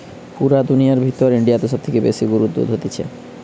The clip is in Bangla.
পুরা দুনিয়ার ভিতর ইন্ডিয়াতে সব থেকে গরুর দুধ হতিছে